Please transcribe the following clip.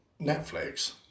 Netflix